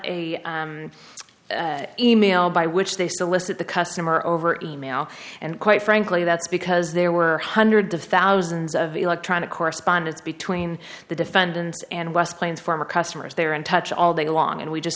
a email by which they solicit the customer over email and quite frankly that's because there were hundreds of thousands of electronic correspondence between the defendants and west plains former customers they were in touch all day long and we just